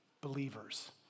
believers